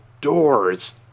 doors